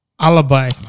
Alibi